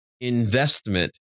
investment